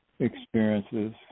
experiences